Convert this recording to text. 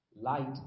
Light